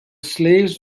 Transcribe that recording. slaves